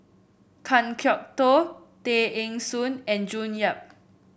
Kan Kwok Toh Tay Eng Soon and June Yap